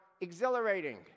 exhilarating